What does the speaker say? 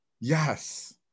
Yes